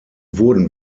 wurden